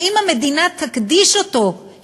שאם המדינה תקדיש אותו,